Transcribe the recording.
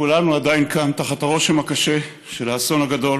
כולנו כאן עדיין תחת הרושם הקשה של האסון הגדול